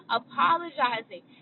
apologizing